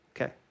Okay